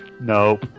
No